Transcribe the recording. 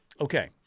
Okay